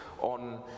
on